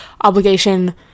obligation-